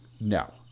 No